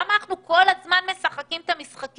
למה אנחנו כל הזמן משחקים את המשחקים.